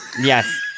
yes